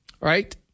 right